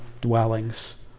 dwellings